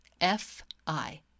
F-I